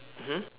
hmm